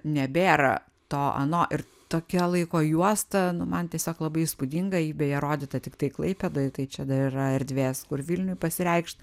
nebėra to ano ir tokia laiko juosta nu man tiesiog labai įspūdinga ji beje rodyta tiktai klaipėdoj tai čia dar yra erdvės kur vilniui pasireikšt